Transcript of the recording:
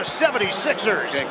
76ers